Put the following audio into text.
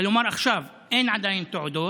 כלומר עכשיו, אין עדיין תעודות,